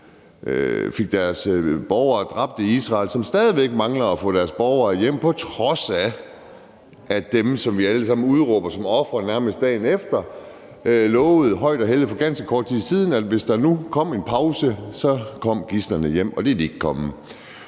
fik deres borgere dræbt, og det er Israel, som stadig væk mangler at få deres borgere hjem, på trods af at dem, som vi alle sammen udråber som ofre nærmest dagen efter, lovede højt og helligt for ganske kort tid siden, at hvis der nu kom en pause, kom gidslerne hjem. Og det er de ikke kommet.